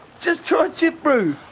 just try a chip bro!